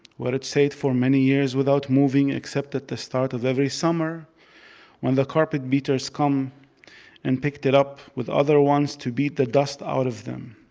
where it stayed for many years without moving, except at the start of every summer when the carpet beaters come and picked it up with other ones to beat the dust out of them.